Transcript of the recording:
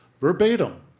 verbatim